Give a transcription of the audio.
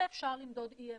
ואפשר למדוד אי-אמון,